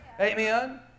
Amen